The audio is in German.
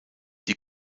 die